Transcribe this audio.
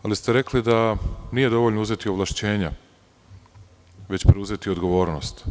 Rekli ste i da nije dovoljno uzeti ovlašćenja, već preuzeti odgovornost.